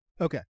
okay